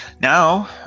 Now